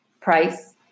price